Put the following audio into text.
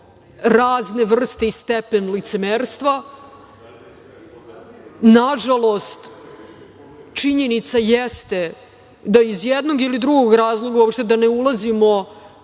razne vrste i stepen licemerstva. Nažalost, činjenica jeste da iz jednog ili drugog razloga, uopšte da ne ulazimo